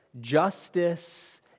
justice